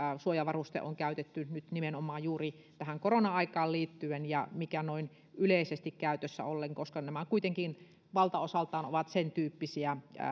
suojavaruste on käytetty nyt nimenomaan juuri tähän korona aikaan liittyen ja mikä on ollut noin yleisesti käytössä koska nämä ovat kuitenkin valtaosaltaan sentyyppistä